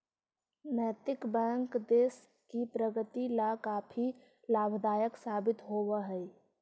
नैतिक बैंक देश की प्रगति ला काफी लाभदायक साबित होवअ हई